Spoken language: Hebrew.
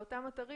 לאותם אתרים